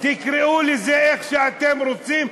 תקראו לזה איך שאתם רוצים,